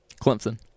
Clemson